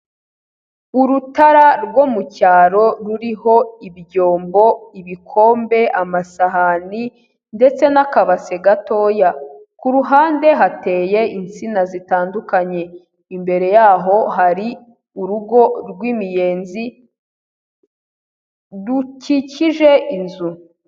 Urutara rwo mu cyaro ruriho ibyombo, ibikombe, amasahani ndetse n'akabase gatoya. Ku ruhande hateye insina zitandukanye imbere yaho hari urugo rw'imiyenzi rukikije inzu.